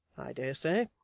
i daresay.